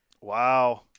Wow